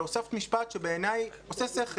והוספת משפט שבעיניי עושה שכל.